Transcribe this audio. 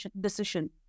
decision